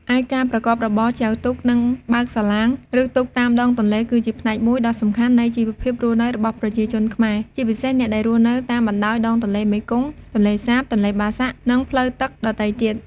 ឯការប្រកបរបរ ចែវទូក និង បើកសាឡាង ឬទូកតាមដងទន្លេ គឺជាផ្នែកមួយដ៏សំខាន់នៃជីវភាពរស់នៅរបស់ប្រជាជនខ្មែរ ជាពិសេសអ្នកដែលរស់នៅតាមបណ្ដោយដងទន្លេមេគង្គ ទន្លេសាប ទន្លេបាសាក់ និងផ្លូវទឹកដទៃទៀត។